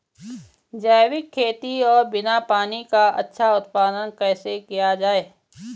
जैविक खेती और बिना पानी का अच्छा उत्पादन कैसे किया जाए?